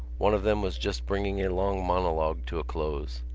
one of them was just bringing a long monologue to a close.